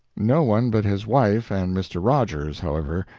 no one but his wife and mr. rogers, however,